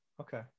Okay